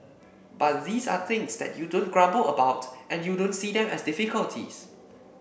but these are things that you don't grumble about and you don't see them as difficulties